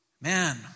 Man